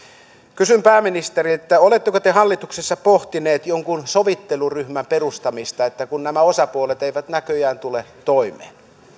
kysyn pääministeriltä oletteko te hallituksessa pohtineet jonkun sovitteluryhmän perustamista kun nämä osapuolet eivät näköjään tule toimeen